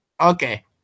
Okay